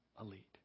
elite